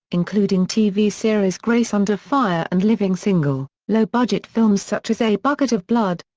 including tv series grace under fire and living single, low-budget films such as a bucket of blood,